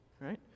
right